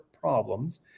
problems